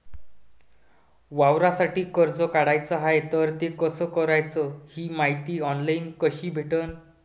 वावरासाठी कर्ज काढाचं हाय तर ते कस कराच ही मायती ऑनलाईन कसी भेटन?